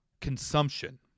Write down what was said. consumption